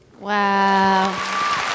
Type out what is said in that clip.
Wow